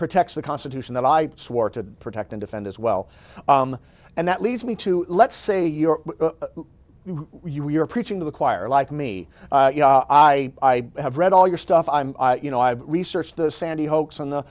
protects the constitution that i swore to protect and defend as well and that leads me to let's say you're you're preaching to the choir like me you know i have read all your stuff i'm you know i've read search the sandy hoax on the